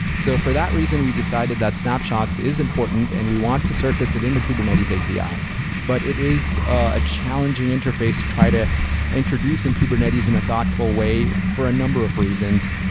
so for that reason, we decided that snapshot is important and we want to surface it in the kubernetes api. but it is a challenging interface to try to introduce in kubernetes in a thoughtful way for a number of reasons.